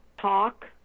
Talk